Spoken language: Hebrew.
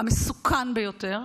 המסוכן ביותר,